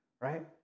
right